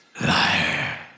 Liar